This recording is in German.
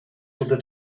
oder